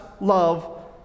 love